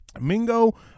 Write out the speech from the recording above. Mingo